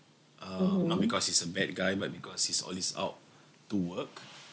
um not because he's a bad guy but because he's always out to work